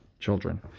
Children